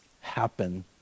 happen